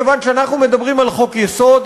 מכיוון שאנחנו מדברים על חוק-יסוד,